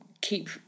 keep